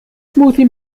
smoothie